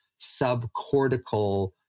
subcortical